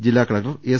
ജില്ലാ collector S